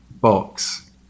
box